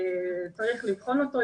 וצריך לבחון אותו.